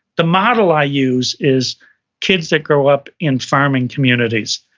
the model i use is kids that grow up in farming communities,